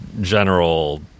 general